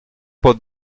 pod